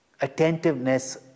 attentiveness